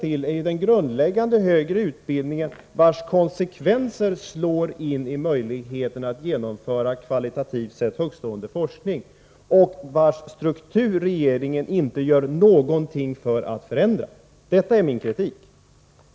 Strukturen på den grundläggande högre utbildningen får konsekvenser som undergräver möjligheterna att genomföra kvalitativt sett högtstående forskning. Denna struktur gör regeringen inte någonting för att förändra. Detta är min kritik.